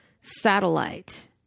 satellite